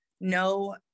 no